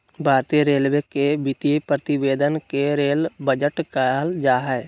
भारतीय रेलवे के वित्तीय प्रतिवेदन के रेल बजट कहल जा हइ